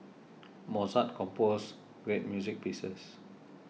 Mozart compose great music pieces